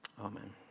Amen